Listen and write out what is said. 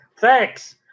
Thanks